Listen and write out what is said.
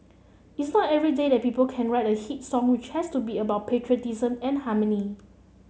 it's not every day that people can write a hit song which has to be about patriotism and harmony